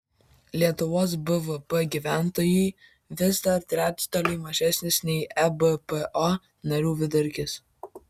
lietuvos bvp gyventojui vis dar trečdaliu mažesnis nei ebpo narių vidurkis